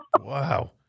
wow